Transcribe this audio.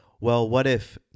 well-what-if